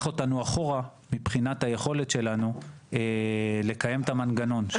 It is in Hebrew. אותנו אחורה מבחינת היכולת שלנו לקיים את המנגנון.